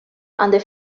under